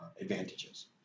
advantages